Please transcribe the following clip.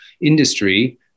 industry